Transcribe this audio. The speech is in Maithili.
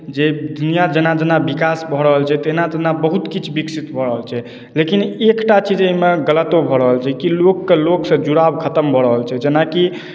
जे दुनिआँ जेना जेना विकास भऽ रहल छै तेना तेना बहुत किछु विकसित भऽ रहल छै लेकिन एकटा चीज एहिमे गलतो भऽ रहल छै कि लोकके लोकसँ जुड़ाव खतम भऽ रहल छै जेनाकि